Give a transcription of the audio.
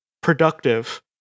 productive